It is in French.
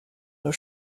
nos